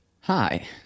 hi